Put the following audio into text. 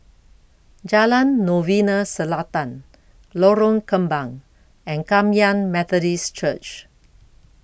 Jalan Novena Selatan Lorong Kembang and Kum Yan Methodist Church